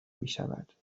میشود